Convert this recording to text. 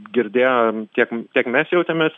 girdėjom tiek tiek mes jautėmės